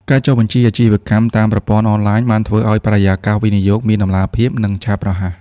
ការចុះបញ្ជីអាជីវកម្មតាមប្រព័ន្ធអនឡាញ បានធ្វើឱ្យបរិយាកាសវិនិយោគមានតម្លាភាព និងឆាប់រហ័ស។